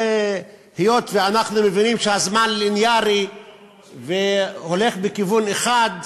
היות שאנחנו מבינים שהזמן ליניארי והולך בכיוון אחד,